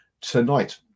tonight